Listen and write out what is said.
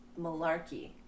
malarkey